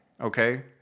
okay